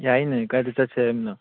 ꯌꯥꯏꯅꯦ ꯀꯥꯏꯗ ꯆꯠꯁꯦ ꯍꯥꯏꯕꯅꯣ